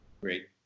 great